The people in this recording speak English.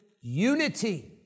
unity